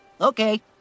Okay